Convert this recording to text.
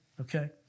okay